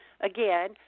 again